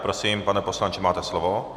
Prosím, pane poslanče, máte slovo.